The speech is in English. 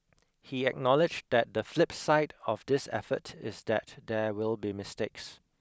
he acknowledged that the flip side of this effort is that there will be mistakes